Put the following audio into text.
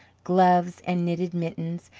gloves and knitted mittens,